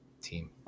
team